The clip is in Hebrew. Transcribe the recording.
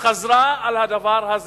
חזרה על הדבר הזה.